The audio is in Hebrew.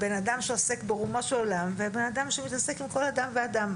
בן אדם שעוסק ברומו של עולם ובן אדם שמתעסק עם כל אדם ואדם,